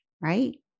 right